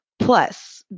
Plus